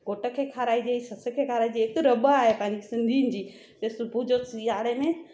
घोट खे खाराइजे सस खे खाराइजे हिकु त रॿ आहे पंहिंजी सिंधियुनि जी सुबुह जो सिआरे में